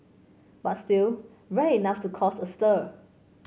but still rare enough to cause a stir